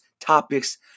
topics